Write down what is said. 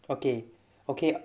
okay oka~